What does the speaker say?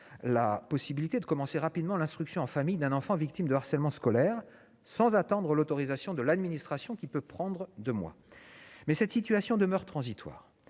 la possibilité de commencer rapidement l'instruction en famille d'un enfant victime de harcèlement scolaire, sans attendre l'autorisation de l'administration, qui peut prendre deux mois. Mais cette situation demeure transitoire.